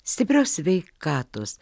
stiprios sveikatos